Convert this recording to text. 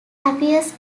appears